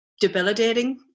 debilitating